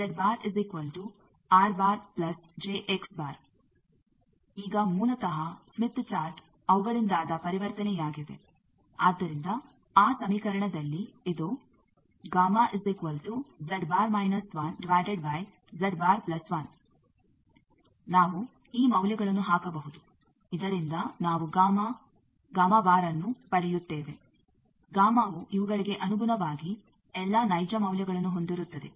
ಈಗ ಮೂಲತಃ Smith chart ಅವುಗಳಿಂದಾದ ಪರಿವರ್ತನೆಯಾಗಿದೆ ಆದ್ದರಿಂದ ಆ ಸಮೀಕರಣದಲ್ಲಿ ಇದು ನಾವು ಈ ಮೌಲ್ಯಗಳನ್ನು ಹಾಕಬಹುದು ಇದರಿಂದ ನಾವು ಗಾಮಾ ಬಾರ್ಅನ್ನು ಪಡೆಯುತ್ತೇವೆ ಗಾಮಾ ವು ಇವುಗಳಿಗೆ ಅನುಗುಣವಾಗಿ ಎಲ್ಲ ನೈಜ ಮೌಲ್ಯಗಳನ್ನು ಹೊಂದಿರುತ್ತದೆ